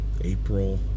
April